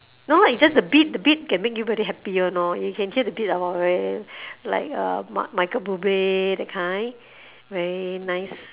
no it's just the beat the beat can make you very happy [one] lor you can hear the beat and all like like michael buble that kind very nice